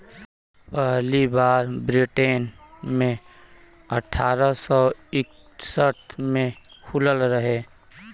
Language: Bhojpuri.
पहली बार ब्रिटेन मे अठारह सौ इकसठ मे खुलल रहे